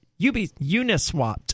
Uniswap